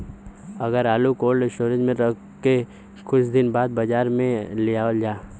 अगर आलू cold storage में रख के कुछ दिन बाद बाजार में लियावल जा?